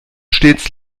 stets